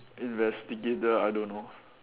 investigator I don't know